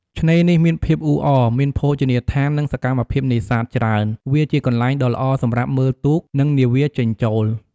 ឆ្នេរនេះមានភាពអ៊ូអរ មានភោជនីយដ្ឋាន និងសកម្មភាពនេសាទច្រើន វាជាកន្លែងដ៏ល្អសម្រាប់មើលទូក និងនាវាចេញចូល។